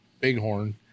Bighorn